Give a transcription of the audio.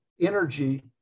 energy